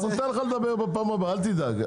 אנחנו ניתן לך לדבר בפעם הבאה, אל תדאג.